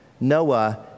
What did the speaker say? Noah